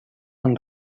han